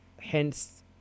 hence